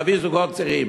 להביא זוגות צעירים.